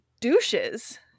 douches